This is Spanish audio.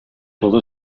todo